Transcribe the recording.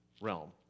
realm